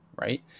right